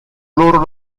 loro